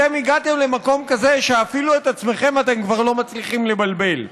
אתם הגעתם למקום כזה שאפילו את עצמכם אתם כבר לא מצליחים לבלבל.